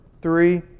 three